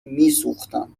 میسوختم